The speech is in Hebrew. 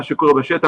מה שקורה בשטח.